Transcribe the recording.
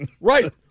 Right